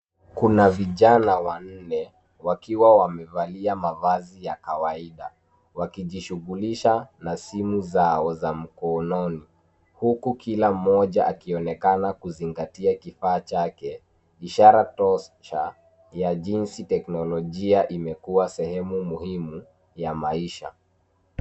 Kuna vijana wanne wakiwa wamevalia mavazi ya kawaida wakijishughulisha na simu zao za mkononi, huku kila mmoja akionekana kuzingatia kifaa chake ishara tosha ya jinsi teknolojia imekuwa sehemu muhimu ya maisha.